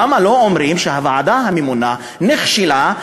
למה לא אומרים שהוועדה הממונה נכשלה?